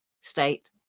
state